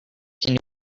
can